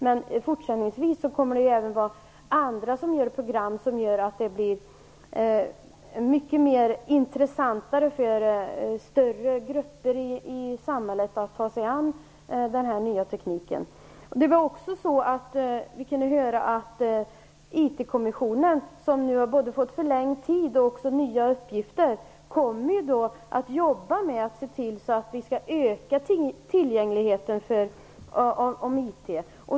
Men i fortsättningen kommer även andra att göra program, vilket kommer att göra det mer intressant för större grupper i samhället att ta sig an den nya tekniken. Vi kunde också höra att IT-kommissionen, som har fått både förlängd tid och nya uppgifter, kommer att arbeta med att öka tillgängligheten till IT.